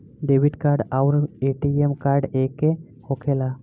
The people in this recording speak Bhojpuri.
डेबिट कार्ड आउर ए.टी.एम कार्ड एके होखेला?